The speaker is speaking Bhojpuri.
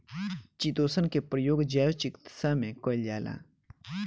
चितोसन के प्रयोग जैव चिकित्सा में कईल जाला